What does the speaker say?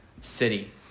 city